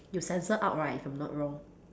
有 censor out right if I'm not wrong